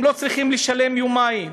והם לא צריכים לשלם על יומיים.